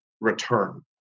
return